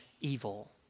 evil